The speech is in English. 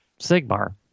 Sigmar